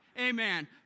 Amen